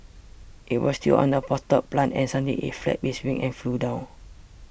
it was still on a potted plant and suddenly it flapped its wings and flew down